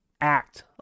act